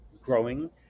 growing